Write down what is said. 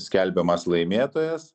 skelbiamas laimėtojas